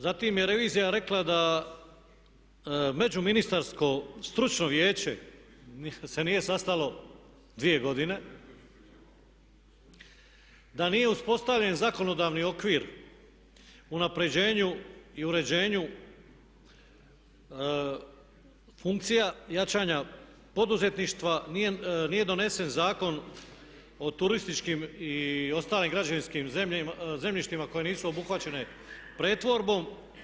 Zatim je revizija rekla da Međuministarsko stručno vijeće se nije sastalo dvije godine, da nije uspostavljen zakonodavni okvir unapređenju i uređenju funkcija jačanja poduzetništva, nije donesen Zakon o turističkim i ostalim građevinskim zemljištima koje nisu obuhvaćene pretvorbom.